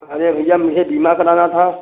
अरे भैया मुझे बीमा कराना था